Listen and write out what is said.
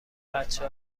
بچه